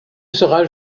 sera